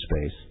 space